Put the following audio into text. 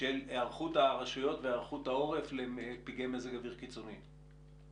של היערכות הרשויות והיערכות העורף לפגעי מזג אוויר קיצוני?